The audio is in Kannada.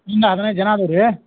ಹಿಂಗ ಹದಿನೈದು ಜನ ಆದವು ರೀ